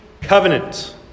covenant